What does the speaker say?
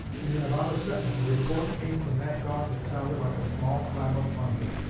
and in about a second a report came from that dog that sounded like a small clap of thunder.